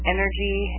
energy